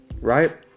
right